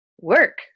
work